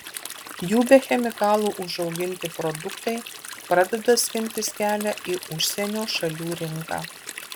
jų be chemikalų užauginti produktai pradeda skintis kelią į užsienio šalių rinką